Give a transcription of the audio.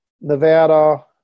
Nevada